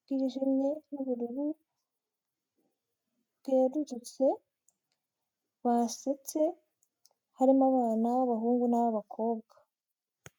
bwijimye; n'ubururu bwerurutse; basetse harimo abana b'abahungu n'abakobwa.